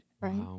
Right